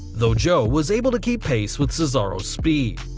though joe was able to keep pace with cesaro's speed.